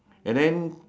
and then